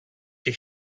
και